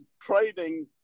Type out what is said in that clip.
trading